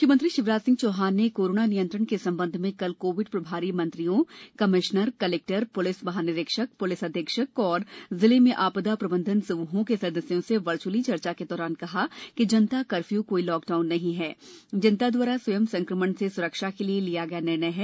मुख्यमंत्री शिवराज सिंह चौहान ने कोरोना नियंत्रण के संबंध में कल कोविड प्रभारी मंत्रियों कमिश्नर कलेक्टर पुलिस महानिरीक्षक पुलिस अधीक्षक और जिले में आपदा प्रबंधन समूहों के सदस्यों से वर्चुअली चर्चा के दौरान कहा कि जनता कर्फ्यू कोई लॉकडाउन नहीं है जनता द्वारा स्वयं संक्रमण से सुरक्षा के लिए लिया गया निर्णय है